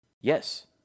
Yes